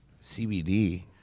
CBD